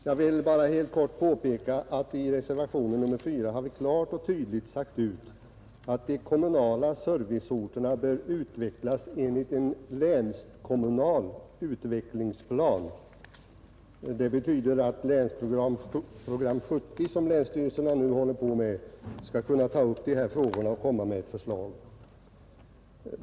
Jag vill helt kort påpeka att vi i reservationen 4 klart och tydligt har sagt ut: ”De kommunala serviceorterna bör utvecklas enligt en länskommunal utvecklingsplanering.” Det betyder att Länsprogram 1970, som länsstyrelserna nu håller på med, skall kunna ta upp dessa frågor och komma med förslag.